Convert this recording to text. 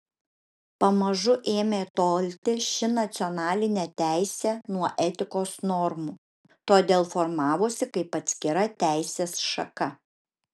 pamažu ėmė tolti ši nacionalinė teisė nuo etikos normų todėl formavosi kaip atskira teisės šaka